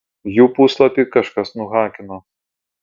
jų puslapį kažkas nuhakino